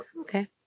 Okay